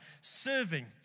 serving